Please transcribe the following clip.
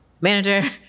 manager